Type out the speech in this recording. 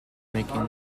making